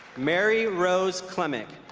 mary rose klemic